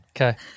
Okay